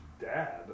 dad